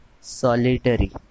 solitary